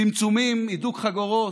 צמצומים, הידוק חגורות,